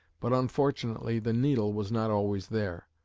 but unfortunately the needle was not always there.